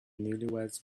newlyweds